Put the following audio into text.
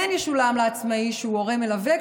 כן הוא ישולם לעצמאי שהוא הורה מלווה,